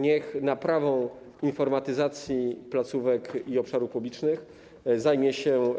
Niech naprawą informatyzacji placówek i obszarów publicznych zajmie się